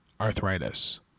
arthritis